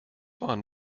ohren